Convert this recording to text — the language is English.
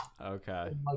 Okay